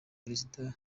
perezida